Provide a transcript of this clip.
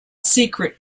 secret